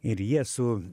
ir jie su